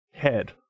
Head